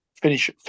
finish